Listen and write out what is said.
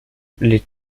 les